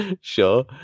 Sure